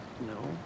No